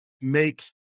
make